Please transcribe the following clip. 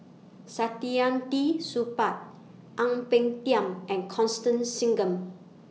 Saktiandi Supaat Ang Peng Tiam and Constance Singam